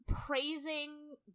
praising